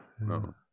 No